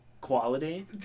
Quality